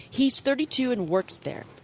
he's thirty two and works there.